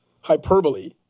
hyperbole